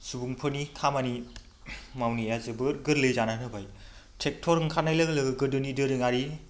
सुबुंफोरनि खामानि मावनाया जोबोद गोरलै जानानै होबाय ट्रेक्ट'र ओंखारनाय लोगो लोगो गोदोनि दोरोंआरि